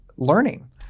Learning